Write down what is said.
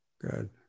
Good